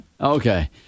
Okay